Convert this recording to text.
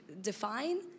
define